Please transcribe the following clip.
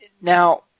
now